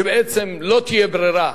שבעצם לא תהיה ברירה,